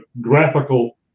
graphical